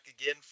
again